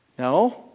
No